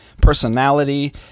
personality